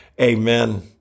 Amen